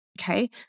Okay